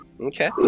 Okay